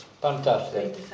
Fantastic